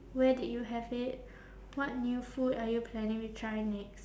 where did you have it what new food are you planning to try next